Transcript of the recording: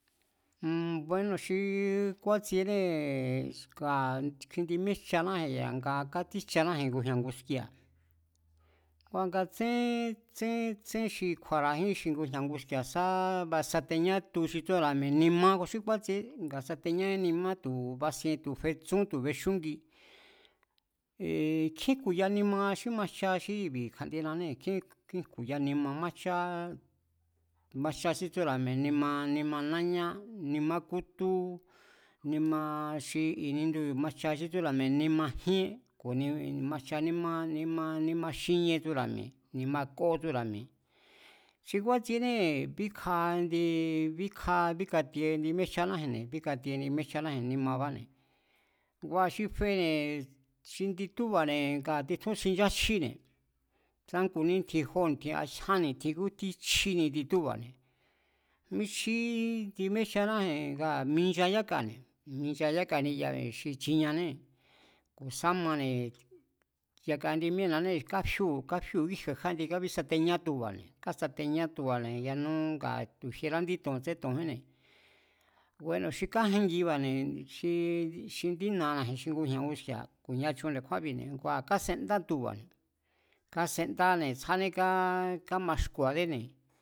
bueno̱ xi kúatsienée̱e̱ kua̱ kjindi míejchaji̱n ya̱nga kátsíjchanáji̱n ngujña̱ nguski̱a̱, kua̱ nga tsé, tsén xi kju̱a̱ra̱jín xi ngujña̱ nguski̱a̱ sá sateñá tu xi tsúra̱ mi̱e̱ nimá xi kúátsieé, ngaa̱ sateñájín nima nga tu ba̱sien tu̱ fetsún tu̱ fexúngi, ee nkjín jku̱ya nima xí majcha xí i̱bi̱ kja̱ndienanée̱, nkjínjku̱ya nima májchá, majcha xí tsúra̱ mi̱e̱ nima náñá, nimá kútú, nima xí i̱ nindubi̱ majcha xí tsúra̱ mi̱e̱ nima jíén, ku̱ majcha nímá, nimá xíníé tsúra̱ mi̱e̱, nima kó tsúra̱ mi̱e̱. Xi kúatsienée̱ bíkja, bíkatie indi míéjchanáji̱nne̱, bíkatie indi míéjchanáji̱nne̱ nimabáne̱, ngua̱ xi fene̱ indi túba̱ne̱ ngaa̱ titjún xincháchjíne̱, sá ngu nítjin jó ni̱tjin, a jyán ni̱tjin kútjín chjíni kjindi túba̱ne̱. Michjí indi míejchanaji̱n mincha yakane̱, mincha yaka ni'yabine̱ xi chinieanee̱ ku̱ sá mane̱ yaka indi míée̱nanée̱ káfíóu̱ káfíóu̱ kíkje̱e kjandie kábísateñá tuba̱ne̱, kásateñá tuba̱ne̱, kábísateñá tuba̱ne̱ yanú ngaa̱ tu̱ jierá nga tsén to̱njínne̱, bueno̱ xi kájengiba̱ne̱ xii, xi indí na̱ana̱ji̱n ngujña̱ nguski̱a̱ ku̱nia chun nde̱kjúánbi̱ ngua̱ kásendá tuba̱, kásendáne̱ tsjádé kámaxku̱a̱déne̱